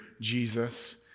Jesus